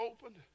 opened